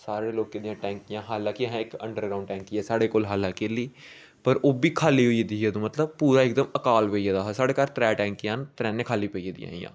सारे लोकें दियां टैंकियां हाले कि असें इक अंडर ग्रांउड टैंकी ऐ साढ़े कोल हालाकि ऐल्ली पर ओह् बी खा'ल्ली होई गेदी ही अंदू मतलब पूरा इकदम अकाल पेई गेदा हा साढ़े घर त्रैऽ टैंकियां न त्रैनें खा'ल्ली पेई गेदियां हियां